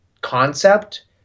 concept